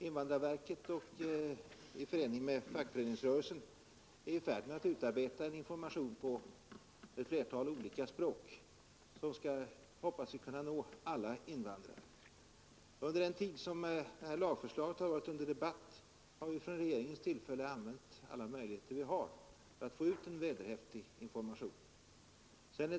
Invandrarverket i förening med fackföreningsrörelsen är i färd med att på ett flertal olika språk utarbeta en information, som skall, hoppas vi, nå alla invandrare, Under den tid detta lagförslag varit föremål för debatt har regeringen utnyttjat alla möjligheter att få ut en vederhäftig information.